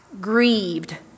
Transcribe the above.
grieved